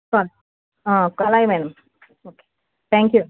okay అలాగే madam okay thank you